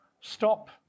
stop